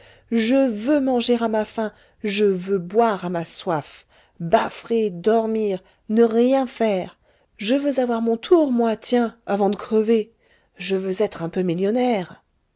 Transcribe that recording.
je veux manger à ma faim je veux boire à ma soif bâfrer dormir ne rien faire je veux avoir mon tour moi tiens avant de crever je veux être un peu millionnaire